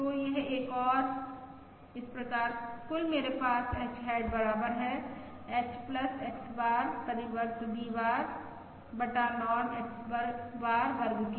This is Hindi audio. तो यह एक और इस प्रकार कुल मेरे पास H हैट बराबर है H X बार परिवर्त V बार बटा नॉर्म X बार वर्ग के